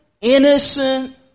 innocent